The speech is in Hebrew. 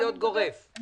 אני